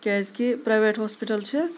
کیازِکہِ private hospital چھِ